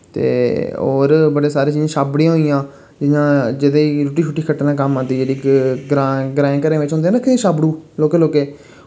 ते और बड़े सारे जि'यां छाब्बडियां होई गेइयां जि'यां जेह्दे रुट्टी शुटी खट्ट्ने कम्म औंदी जेह्ड़ी इक ग्रां ग्राईं घरें बिच होंदे नि रक्खे दे छाब्बड़ू लौह्के लौह्के